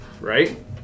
Right